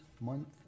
month